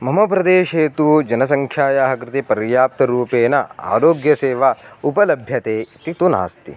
मम प्रदेशे तु जनसङ्ख्यायाः कृते पर्याप्तरूपेन आरोग्यसेवा उपलभ्यते इति तु नास्ति